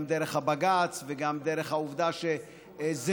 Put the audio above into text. גם דרך הבג"ץ וגם דרך העובדה של זירוז